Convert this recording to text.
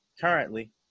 currently